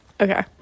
Okay